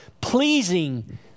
pleasing